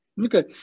Okay